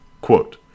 Quote